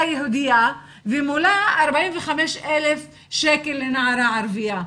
יהודייה ומולה 45,000 שקל לנערה ערביה,